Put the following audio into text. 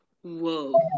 Whoa